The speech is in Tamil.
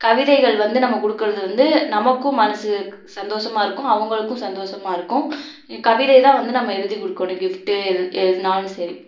கவிதைகள் வந்து நம்ம கொடுக்குறது வந்து நமக்கும் மனசுக்கு சந்தோசமாக இருக்கும் அவங்களுக்கும் சந்தோசமாக இருக்கும் கவிதை தான் வந்து நம்ம எழுதி கொடுக்கணும் கிஃப்ட்டு எது எதுனாலும் சரி